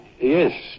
Yes